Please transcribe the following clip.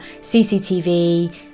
CCTV